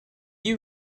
you